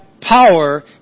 power